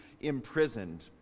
imprisoned